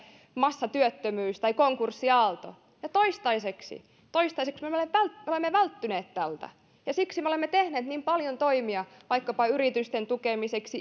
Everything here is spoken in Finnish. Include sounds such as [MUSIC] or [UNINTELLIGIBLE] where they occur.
massatyöttömyys tai konkurssiaalto toistaiseksi toistaiseksi me olemme välttyneet tältä ja siksi me olemme tehneet niin paljon toimia vaikkapa yritysten tukemiseksi [UNINTELLIGIBLE]